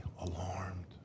alarmed